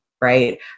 right